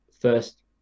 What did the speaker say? first